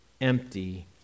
empty